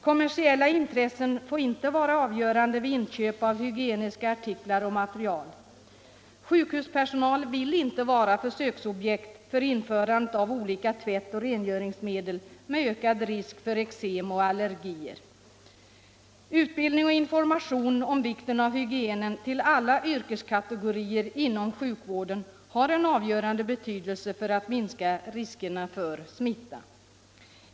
Kommersiella intressen får inte vara avgörande vid inköp av hygieniska artiklar och materiel. Sjukhuspersonalen vill inte vara försöksobjekt för införande av olika tvättoch rengöringsmedel med ökad risk för eksem och allergier. Utbildning och information om vikten av hygien till alla yrkeskategorier inom sjukvården har en avgörande betydelse för att minska riskerna för smitta.